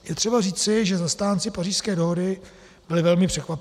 Je třeba říci, že zastánci Pařížské dohody byli velmi překvapeni.